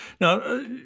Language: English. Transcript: Now